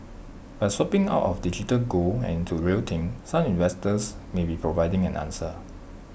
by swapping out of digital gold and into real thing some investors may be providing an answer